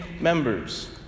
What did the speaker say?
members